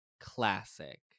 classic